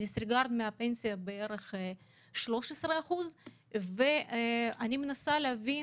דיסריגרד מהפנסיה הוא כ-13% ואני מנסה להבין